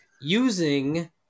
using